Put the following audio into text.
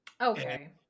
Okay